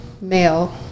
male